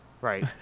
right